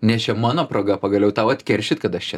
nes čia mano proga pagaliau tau atkeršyti kad aš čia